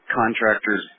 contractors